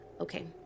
Okay